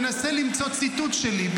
תנסה למצוא ציטוט שלי,